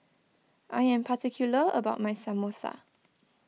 I am particular about my Samosa